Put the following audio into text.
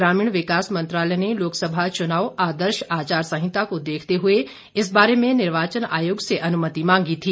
ग्रामीण विकास मंत्रालय ने लोकसभा चुनाव आदर्श आचार संहिता को देखते हुए इस बारे में निर्वाचन आयोग से अनुमति मांगी थी